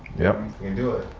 yep. do it.